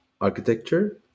architecture